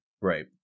Right